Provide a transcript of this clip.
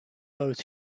both